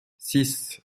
six